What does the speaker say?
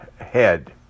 head